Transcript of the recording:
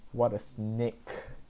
what a snake